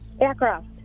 Aircraft